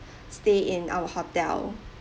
stay in our hotel